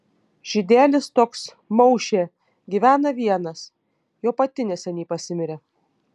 žydelis toks maušė gyvena vienas jo pati neseniai pasimirė